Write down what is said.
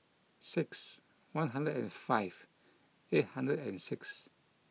six one hundred and five eight hundred and six